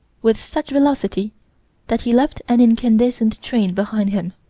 with such velocity that he left an incandescent train behind him.